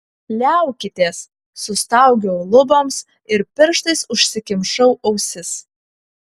liaukitės sustaugiau luboms ir pirštais užsikimšau ausis